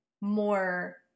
more